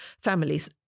families